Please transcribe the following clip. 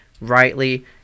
rightly